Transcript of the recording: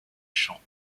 chants